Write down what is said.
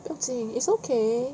不用紧 it's okay